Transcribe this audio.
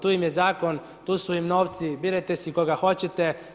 Tu im je Zakon, tu su im novci, birajte si koga hoćete.